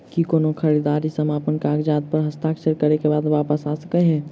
की कोनो खरीददारी समापन कागजात प हस्ताक्षर करे केँ बाद वापस आ सकै है?